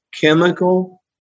chemical